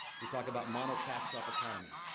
we talk about mono-cash crop economies.